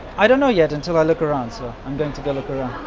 i don't know yet until i look around, so, i'm going to go look around.